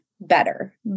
better